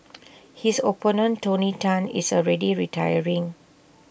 his opponent tony Tan is already retiring